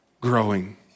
growing